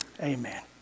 Amen